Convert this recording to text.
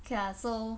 okay lah so